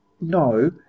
No